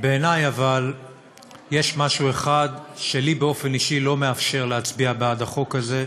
אבל בעיני יש משהו אחד שלי באופן אישי לא מאפשר להצביע בעד החוק הזה,